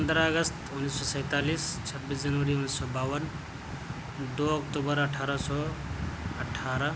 پندرہ اگست انّیس سو سینتالیس چھبیس جنوری انّیس سو باون دو اکتوبر اٹھارہ سو اٹھارہ